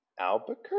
Albuquerque